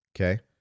Okay